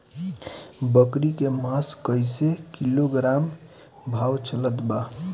बकरी के मांस कईसे किलोग्राम भाव चलत बा?